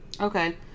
Okay